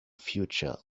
future